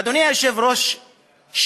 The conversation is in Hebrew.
אדוני היושב-ראש,